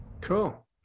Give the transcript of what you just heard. Cool